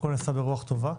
הכול נעשה ברוח טובה.